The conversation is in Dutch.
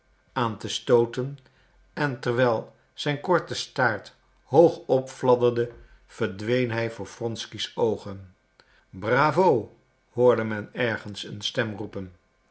aan te stooten en terwijl zijn korte staart hoog opfladderde verdween hij voor wronky's oogen bravo hoorde men ergens een stem roepen